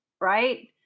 right